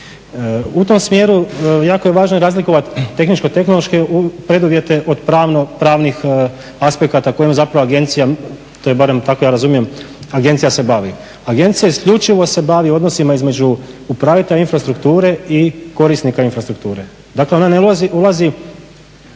U tom smjeru jako je važno razlikovati tehničko-tehnološke preduvjete od pravno pravnih aspekata kojim zapravo agencija, to barem ja tako razumijem agencija se bavi. Agencija isključivo se bavi odnosima između upravitelja infrastrukture i korisnika infrastrukture. Dakle, ona ne ulazi